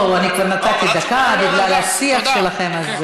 לא, אני כבר נתתי דקה בגלל השיח שלכם.